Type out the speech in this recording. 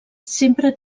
sempre